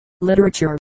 literature